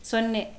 ಸೊನ್ನೆ